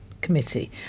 Committee